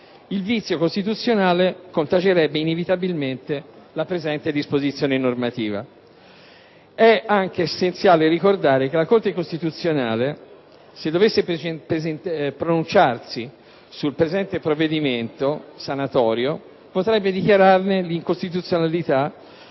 Il vizio costituzionale contagerebbe inevitabilmente la presente normativa. È anche essenziale ricordare che la Corte costituzionale, se dovesse pronunciarsi sul presente provvedimento di sanatoria, potrebbe dichiararne l'incostituzionalità